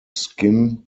skin